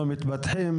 לא מתפתחים,